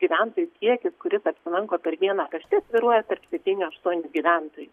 gyventojų kiekis kuris apsilanko per dieną pašte svyruoja tarp septynių aštuonių gyventojų